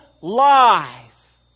life